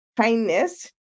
kindness